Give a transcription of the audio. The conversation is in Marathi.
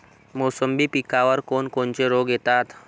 मोसंबी पिकावर कोन कोनचे रोग येतात?